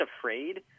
afraid